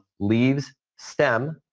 leaves stem,